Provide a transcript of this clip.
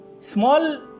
small